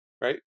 right